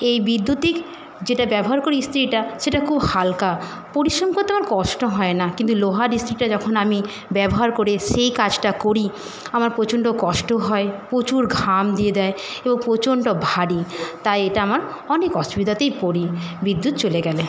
এই বিদ্যুতিক যেটা ব্যবহার করি ইস্ত্রিটা সেটা খুব হালকা পরিশ্রম করতে আমার কষ্ট হয় না কিন্তু লোহার ইস্ত্রিটা যখন আমি ব্যবহার করে সেই কাজটা করি আমার প্রচণ্ড কষ্ট হয় প্রচুর ঘাম দিয়ে দেয় এবং প্রচণ্ড ভারী তাই এটা আমার অনেক অসুবিধাতেই পড়ি বিদ্যুৎ চলে গেলে